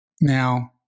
Now